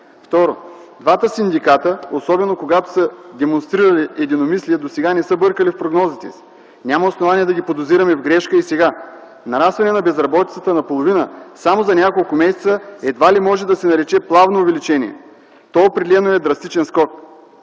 2. Двата синдиката, особено когато са демонстрирали единомислие, досега не са бъркали в прогнозите си. Няма основание и сега да ги подозираме в грешка. Нарастването на безработицата наполовина само за няколко месеца едва ли може да се нарече плавно увеличение. То определено е драстичен скок.